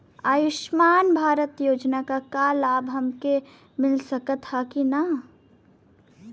आयुष्मान भारत योजना क लाभ हमके मिल सकत ह कि ना?